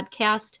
podcast